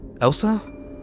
Elsa